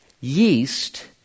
yeast